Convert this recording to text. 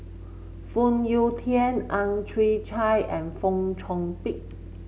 Phoon Yew Tien Ang Chwee Chai and Fong Chong Pik